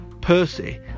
Percy